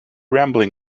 rambling